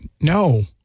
No